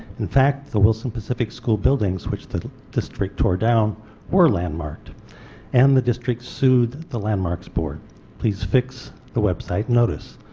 in fact the wilson pacific school buildings which the district tore down were landmarked and the district sued the landmarks board please fix the website notice.